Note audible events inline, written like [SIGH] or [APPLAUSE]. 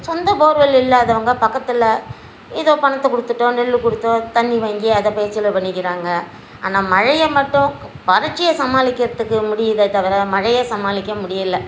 சொந்த போர்வெல் இல்லாதவங்க பக்கத்தில் எதோ பணத்தை கொடுத்துட்டோம் நெல் கொடுத்தோம் தண்ணி வாங்கி அதை [UNINTELLIGIBLE] பண்ணிக்கிறாங்க ஆனால் மழையை மட்டும் வறட்சியை சமாளிக்கிறத்துக்கு முடியுதே தவிர மழையை சமாளிக்க முடியல